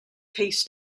tastes